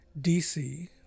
dc